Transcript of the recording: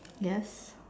yes